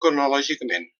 cronològicament